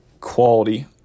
quality